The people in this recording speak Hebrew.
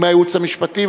עם הייעוץ המשפטי.